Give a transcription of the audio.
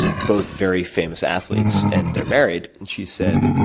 both very famous athletes, and they're married. and she said,